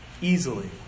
easily